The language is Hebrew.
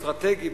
אסטרטגי,